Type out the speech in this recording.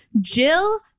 Jill